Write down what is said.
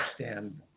understand